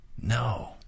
no